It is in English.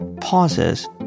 pauses